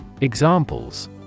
Examples